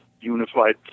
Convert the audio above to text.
unified